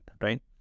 right